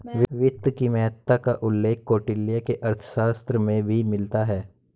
वित्त की महत्ता का उल्लेख कौटिल्य के अर्थशास्त्र में भी मिलता है